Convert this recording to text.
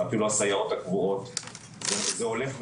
זה אפילו הסייעות הקבועות וזה הולך ומחמיר,